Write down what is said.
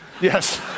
Yes